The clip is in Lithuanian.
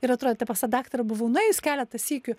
ir atrodė te pas tą daktarą buvau nuėjus keletą sykių